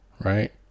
Right